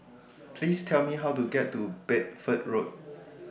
Please Tell Me How to get to Bedford Road